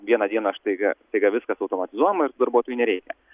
vieną dieną štaiga staiga viskas automatizuojama ir tų darbuotojų nereikia